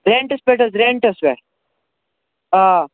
رٮ۪نٛٹَس پٮ۪ٹھ حظ رٮ۪نٛٹَس پٮ۪ٹھ آ